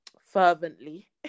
fervently